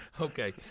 Okay